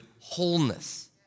wholeness